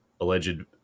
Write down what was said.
alleged